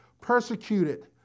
Persecuted